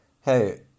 hey